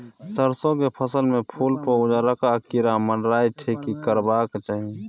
सरसो के फसल में फूल पर उजरका कीरा मंडराय छै की करबाक चाही?